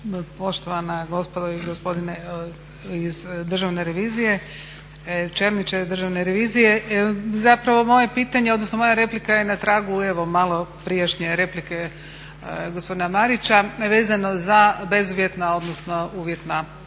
poštovana gospodo i gospodo iz državne revizije, čelniče državne revizije. Zapravo moje pitanje odnosno moja replika je na tragu evo malo prijašnje replike gospodina Marića vezano za bezuvjetna, odnosno uvjetna